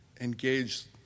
engage